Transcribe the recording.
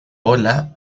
bola